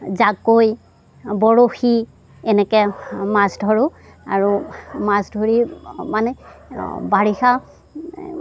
জাকৈ বৰশী এনেকে মাছ ধৰোঁ আৰু মাছ ধৰি মানে বাৰিষা